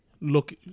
look